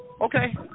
Okay